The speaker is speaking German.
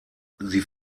sie